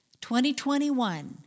2021